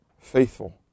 faithful